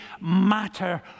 matter